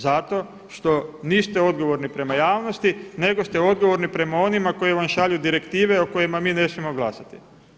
Zato što niste odgovorni prema javnosti nego ste odgovorni prema onima koji vam šalju direktive o kojima mi ne smijemo glasati.